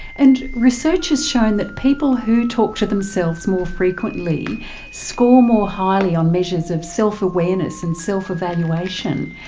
and research has shown that people who talk to themselves more frequently score more highly on measures of self-awareness and self-evaluation.